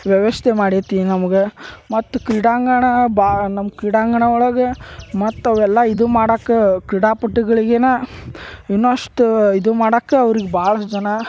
ವ್ಯವಸ್ಥೆ ಮಾಡೈತಿ ನಮ್ಗೆ ಮತ್ತು ಕ್ರೀಡಾಂಗಣ ಭಾಳ ನಮ್ಮ ಕ್ರೀಡಾಂಗಣ ಒಳಗೆ ಮತ್ತು ಅವೆಲ್ಲ ಇದು ಮಾಡಕ್ಕೆ ಕ್ರೀಡಾಪಟುಗಳಿಗೆ ಇನ್ನಷ್ಟು ಇದು ಮಾಡಕ್ಕೆ ಅವ್ರಿಗೆ ಭಾಳಷ್ಟು ಜನ